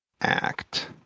act